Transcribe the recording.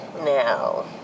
Now